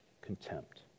contempt